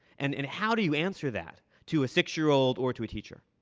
and and how do you answer that to a six-year-old or to a teacher?